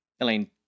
Elaine